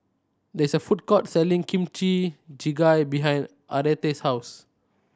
there is a food court selling Kimchi Jjigae behind Aretha's house